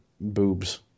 boobs